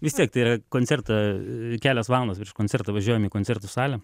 vis tiek tai yra koncertą kelios valandos prieš koncertą važiuojam į koncertų salę